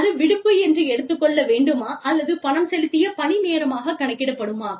அது விடுப்பு என்று எடுத்துக் கொள்ள வேண்டுமா அல்லது பணம் செலுத்திய பணி நேரமாகக் கணக்கிடப்படுமா